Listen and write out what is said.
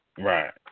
Right